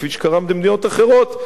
כפי שקרה במדינות אחרות,